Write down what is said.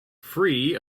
free